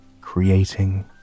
creating